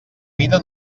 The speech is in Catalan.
vida